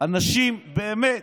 אנשים באמת,